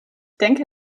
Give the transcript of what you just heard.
denke